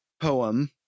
poem